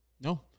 No